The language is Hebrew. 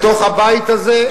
בתוך הבית הזה,